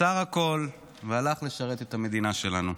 עצר הכול והלך לשרת את המדינה שלנו.